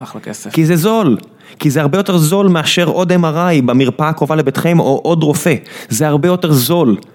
כי זה זול, כי זה הרבה יותר זול מאשר עוד MRI במרפאה קובעה לביתכם או עוד רופא, זה הרבה יותר זול